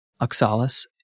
Oxalis